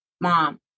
mom